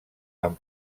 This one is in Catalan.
amb